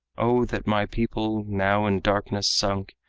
o that my people, now in darkness sunk,